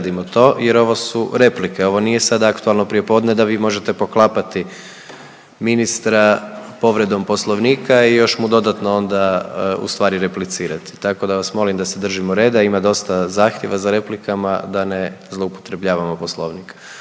jer ovo su replike. Ovo nije sad aktualno prijepodne da vi možete poklapati ministra povredom Poslovnika i još mu dodatno onda ustvari replicirati. Tako da vas molim da se držimo reda. Ima dosta zahtjeva za replikama da ne zloupotrebljavamo Poslovnik.